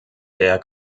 der